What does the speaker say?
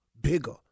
bigger